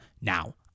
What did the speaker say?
now